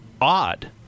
odd